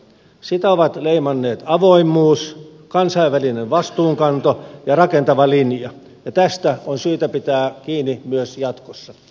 sitä ovat leimanneet avoimuus kansainvälinen vastuunkanto ja rakentava linja ja tästä on syytä pitää kiinni myös jatkossa